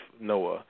Noah